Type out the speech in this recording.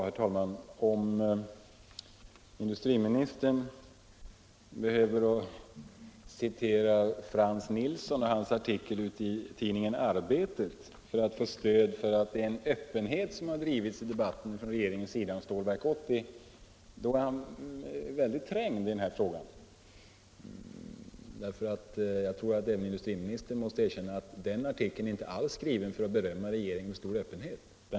Herr talman! Om industriministern behöver citera Frans Nilssons artikel i tidningen Arbetet för att få stöd för talet att regeringen har visat öppenhet i debatten omkring Stålverk 80, är han väldigt trängd. Jag tror att även industriministern måste erkänna att den artikeln inte alls är skriven för att berömma regeringen för stor öppenhet.